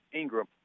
Ingram